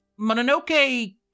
Mononoke